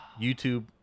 YouTube